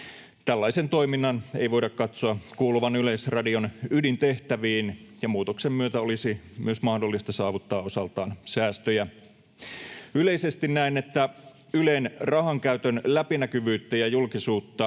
Tällaisen toiminnan ei voida katsoa kuuluvan Yleisradion ydintehtäviin, ja muutoksen myötä olisi mahdollista saavuttaa osaltaan myös säästöjä. Yleisesti näen, että Ylen rahankäytön läpinäkyvyyttä ja julkisuutta